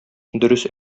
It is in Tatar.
дөрес